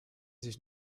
sich